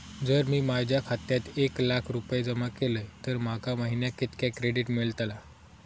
जर मी माझ्या खात्यात एक लाख रुपये जमा केलय तर माका महिन्याक कितक्या क्रेडिट मेलतला?